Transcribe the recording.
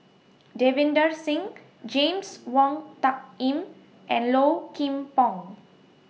Davinder Singh James Wong Tuck Yim and Low Kim Pong